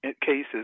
cases